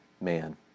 man